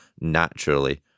Naturally